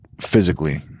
physically